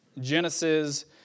Genesis